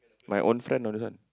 my own friend know this one